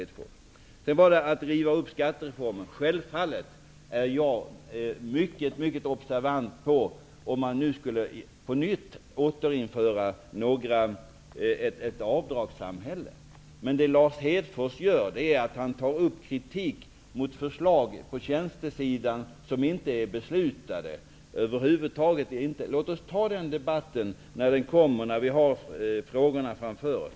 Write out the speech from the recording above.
I fråga om att riva upp skattereformen, är jag självfallet mycket observant på risken för att ett avdragssamhälle på nytt skall införas. Lars Hedfors tar upp kritik mot förslag på tjänstesidan som över huvud taget inte är beslutade. Låt oss ta den debatten när vi har frågorna framför oss.